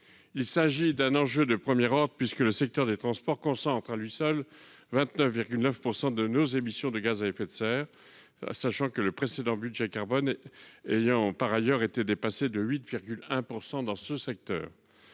il s'agit d'un enjeu de premier ordre puisque le secteur des transports concentre à lui seul 29,9 % de nos émissions de gaz à effet de serre, le précédent budget carbone ayant par ailleurs été dépassé de 8,1 % dans ce secteur.